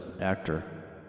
actor